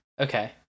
okay